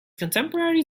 contemporary